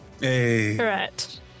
Correct